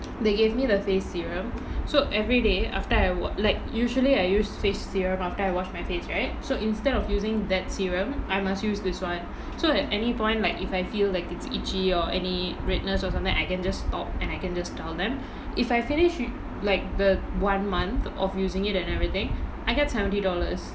they gave me the face serum so everyday after I wa~ like usually I use face serum after I wash my face right so instead of using that serum I must use this one so at any point like if I feel like it's itchy or any redness or something I can just stop and I can just tell them if I finish like the one month of using it and everything I get seventy dollars